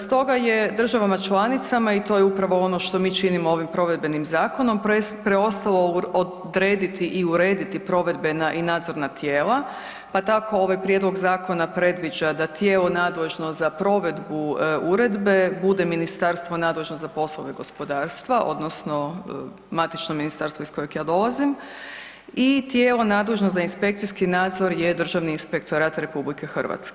Stoga je državama članicama i to je upravo ono što mi činimo ovim provedbenim zakonom, preostalo odrediti i urediti provedbena i nadzorna tijela, pa tako ovaj prijedlog zakona predviđa da tijelo nadležno za provedbu uredbe bude ministarstvo nadležno za poslove gospodarstva odnosno matično ministarstvo iz kojeg ja dolazim i tijelo nadležno za inspekcijski nadzor je Državni inspektora RH.